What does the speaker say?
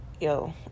yo